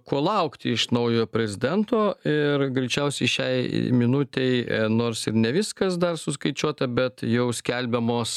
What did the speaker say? ko laukti iš naujojo prezidento ir greičiausiai šiai minutei nors ir ne viskas dar suskaičiuota bet jau skelbiamos